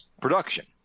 production